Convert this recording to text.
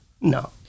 no